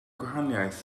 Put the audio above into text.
gwahaniaeth